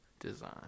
design